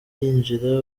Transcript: yinjira